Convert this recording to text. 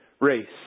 race